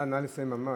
נא לסיים ממש.